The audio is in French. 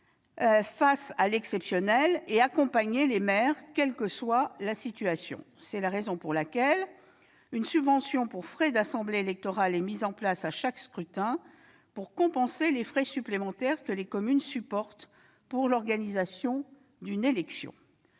face à l'exceptionnel et accompagner les maires dans toutes les situations. C'est la raison pour laquelle une subvention pour frais d'assemblée électorale est mise en place à chaque scrutin. Elle vise à compenser les frais supplémentaires que les communes supportent pour l'organisation d'une élection.